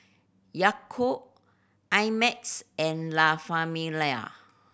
Yakult I Max and La Famiglia